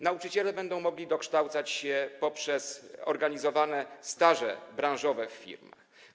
Nauczyciele będą mogli dokształcać się poprzez organizowane staże branżowe w firmach.